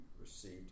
received